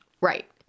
Right